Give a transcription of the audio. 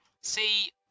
See